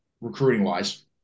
recruiting-wise